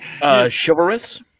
Chivalrous